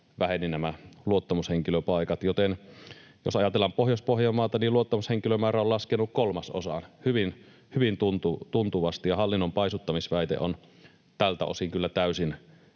vähenivät nämä luottamushenkilöpaikat. Joten jos ajatellaan Pohjois-Pohjanmaata, niin luottamushenkilömäärä on laskenut kolmasosaan, hyvin tuntuvasti, ja hallinnonpaisuttamisväite on tältä osin kyllä täysin